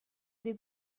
des